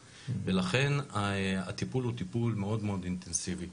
ולכן הטיפול הוא טיפול הוא מאוד מאוד אינטנסיבי.